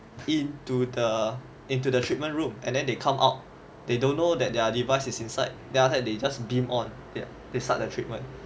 into the into the treatment room and then they come out they don't know that their device is inside then after that they just beam on they start their treatment